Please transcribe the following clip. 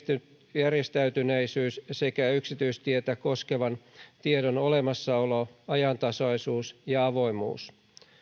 järjestäytyneisyys sekä yksityistietä koskevan tiedon olemassaolo ajantasaisuus ja avoimuus